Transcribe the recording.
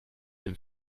dem